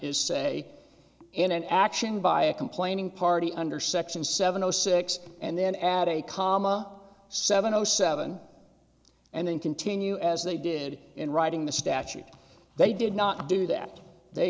is say in an action by a complaining party under section seven zero six and then add a comma seven zero seven and then continue as they did in writing the statute they did not do that they